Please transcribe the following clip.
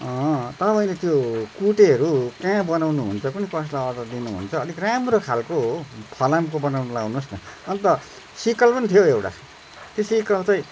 तपाईँले त्यो कुटेहरू कहाँ बनाउनु हुन्छ कुन्नि कसलाई अर्डर दिनुहुन्छ अनिक राम्रो खालको फलामको बनाउन लगाउनुहोस् न अन्त सिक्कल पनि थियो हो एउटा त्यो सिक्कल चाहिँ